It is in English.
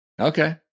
Okay